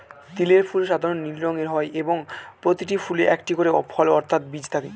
তিলের ফুল সাধারণ নীল রঙের হয় এবং প্রতিটি ফুলে একটি করে ফল অর্থাৎ বীজ থাকে